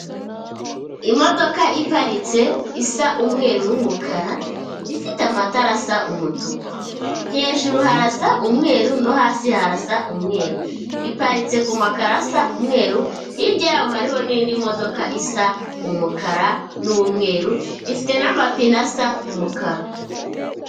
Imodoka iparitse isa umweru n'umukara ifite amatara asa umutuku, hejuru harasa umweru no hasi harasa umweru, iparitse ku makaro asa umweru, hirya yaho hariho n'indi modoka isa umukara n'umweru, ifite n'amapine asa umukara.